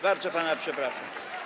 Bardzo pana przepraszam.